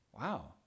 Wow